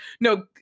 no